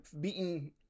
beaten